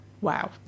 wow